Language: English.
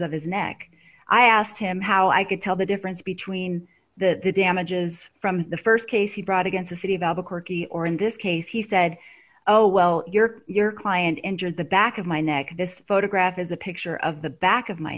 of his neck i asked him how i could tell the difference between that the damages from the st case he brought against the city of albuquerque or in this case he said oh well your client entered the back of my neck this photograph is a picture of the back of my